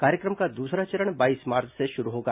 कार्यक्रम का दूसरा चरण बाईस मार्च से शुरू होगा